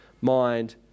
mind